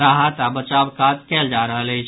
राहत आ बचाव काज कयल जा रहल अछि